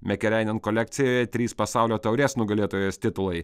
mekerainen kolekcijoje trys pasaulio taurės nugalėtojos titulai